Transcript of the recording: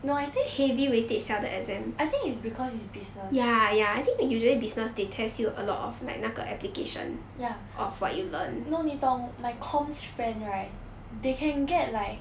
no I think I think it's because it's business ya no 你懂 my comms friend right they can get like